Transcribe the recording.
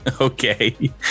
Okay